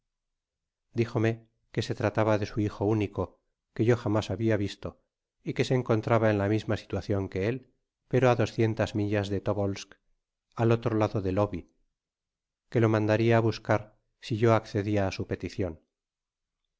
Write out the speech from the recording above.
dijome que se trataba de su hijo único que yo jamás habia visto y que se encontraba en la misma situacion que él pero á doscientas millas de tobolsk al otro lado del oby que lo mandaria á bascar si yo accedia á su peticion